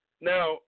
Now